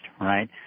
right